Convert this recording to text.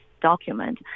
document